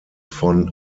von